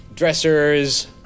Dressers